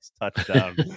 touchdown